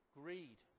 greed